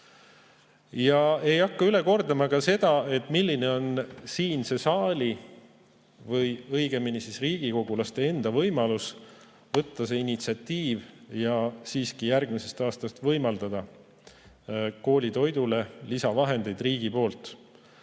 Ma ei hakka üle kordama, milline on siinse saali või õigemini riigikogulaste enda võimalus võtta initsiatiiv ja siiski järgmisest aastast võimaldada koolitoidule riigi poolt